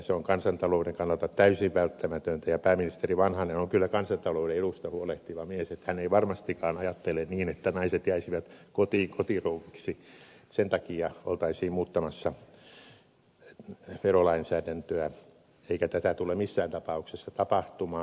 se on kansantalouden kannalta täysin välttämätöntä ja pääministeri vanhanen on kyllä kansantalouden edusta huolehtiva mies joten hän ei varmastikaan ajattele niin että naiset jäisivät kotiin kotirouviksi että sen takia oltaisiin muuttamassa verolainsäädäntöä eikä tätä tule missään tapauksessa tapahtumaan